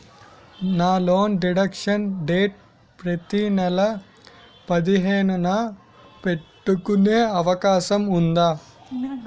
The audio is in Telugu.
నా లోన్ డిడక్షన్ డేట్ ప్రతి నెల పదిహేను న పెట్టుకునే అవకాశం ఉందా?